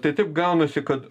tai taip gaunasi kad